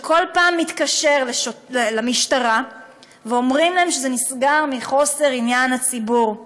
שכל פעם שהם מתקשרים למשטרה אומרים להם שזה נסגר מחוסר עניין לציבור,